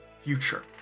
future